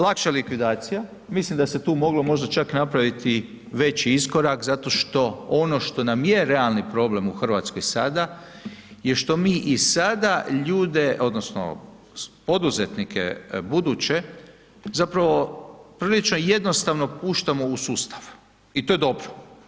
Lakša likvidacija, mislim da ste tu moglo možda čak napraviti veći iskorak zato što ono što nam je realni problem u Hrvatskoj sada je što mi i sada ljude odnosno poduzetnike buduće zapravo prilično jednostavno puštamo u sustav i to je dobro.